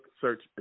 search